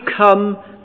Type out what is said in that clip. come